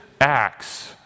acts